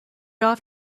off